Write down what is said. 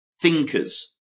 thinkers